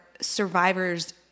survivors